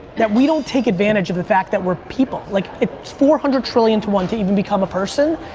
that we don't take advantage of the fact that we're people. like it's four hundred trillion to one to even become a person.